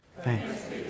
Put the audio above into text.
Thanks